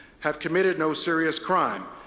have committed no serious crime,